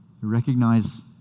recognize